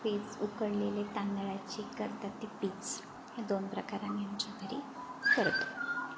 page उकडलेले तांदळाची करतात ती पेज हे दोन प्रकार आम्ही आमच्या घरी करतो